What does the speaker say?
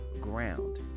ground